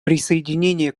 присоединение